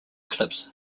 clips